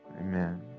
amen